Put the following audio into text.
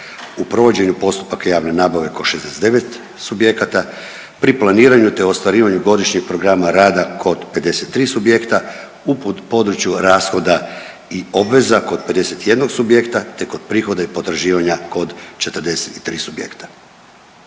u provođenju postupaka javne nabave kod 69 subjekata, pri planiranju te ostvarivanju godišnjeg programa rada kod 53 subjekta, u području rashoda i obveza kod 51 subjekta te kod prihoda i potraživanja kod 43 subjekta.